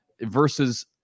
versus